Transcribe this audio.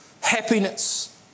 happiness